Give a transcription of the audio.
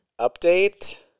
update